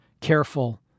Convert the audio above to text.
careful